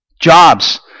Jobs